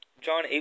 John